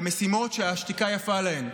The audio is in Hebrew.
במשימות שהשתיקה יפה להם.